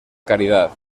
caridad